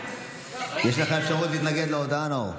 יש לך אפשרות להתנגד להודעה, נאור.